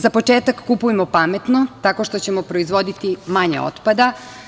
Za početak kupujmo pametno tako što ćemo proizvoditi manje otpada.